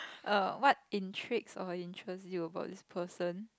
err what intrigues or interests you about this person